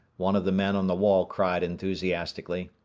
one of the men on the wall cried enthusiastically.